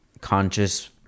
conscious